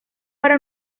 para